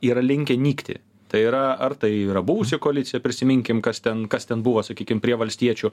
yra linkę nykti tai yra ar tai yra buvusi koalicija prisiminkim kas ten kas ten buvo sakykim prie valstiečių